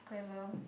clever